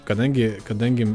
kadangi kadangi